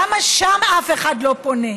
למה שם אף אחד לא פונה?